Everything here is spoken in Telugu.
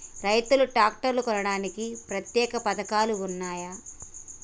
రైతులు ట్రాక్టర్లు కొనడానికి ప్రత్యేక పథకాలు ఉన్నయా?